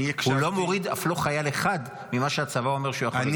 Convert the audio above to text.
הוא לא מוריד אף לא חייל אחד ממה שהצבא אומר שהוא יכול לגייס.